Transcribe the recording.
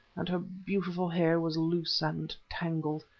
and her beautiful hair was loose and tangled.